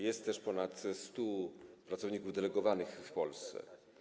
Jest też ponad 100 pracowników delegowanych w Polsce.